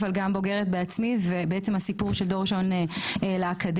וגם בוגרת בעצמי של דור ראשון לאקדמיה,